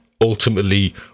ultimately